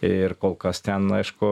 ir kol kas ten aišku